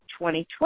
2012